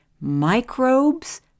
microbes